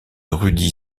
rudi